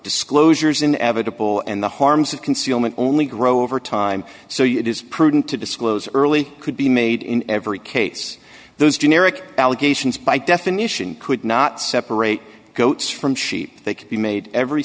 disclosures in evitable and the harms of concealment only grow over time so you it is prudent to disclose early could be made in every case those generic allegations by definition could not separate goats from sheep they could be made every